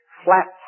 flat